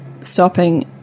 stopping